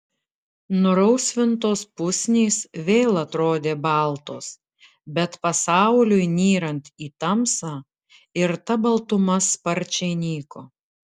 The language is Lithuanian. nurausvintos pusnys vėl atrodė baltos bet pasauliui nyrant į tamsą ir ta baltuma sparčiai nyko